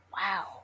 Wow